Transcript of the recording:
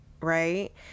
right